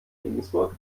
regensburg